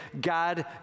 God